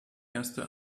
erste